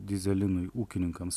dyzelinui ūkininkams